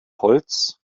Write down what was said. holz